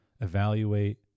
evaluate